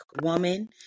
woman